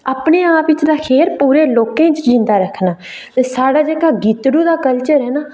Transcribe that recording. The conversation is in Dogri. अपने आप च गै नेईं पूरे लोकें च जिंदा रक्खना ते साढ़ा जेह्का गितड़ू दा कल्चर ऐ ना